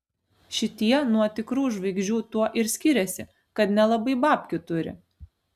šitie nuo tikrų žvaigždžių tuo ir skiriasi kad nelabai babkių turi